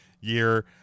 year